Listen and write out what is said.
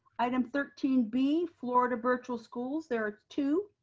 item thirteen b, florida virtual schools. there are two.